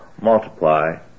multiply